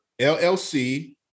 LLC